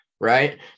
right